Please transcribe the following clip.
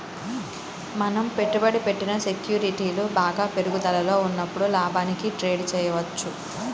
మనం పెట్టుబడి పెట్టిన సెక్యూరిటీలు బాగా పెరుగుదలలో ఉన్నప్పుడు లాభానికి ట్రేడ్ చేయవచ్చు